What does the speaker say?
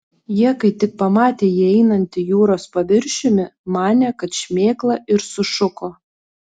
jie kai tik pamatė jį einantį jūros paviršiumi manė kad šmėkla ir sušuko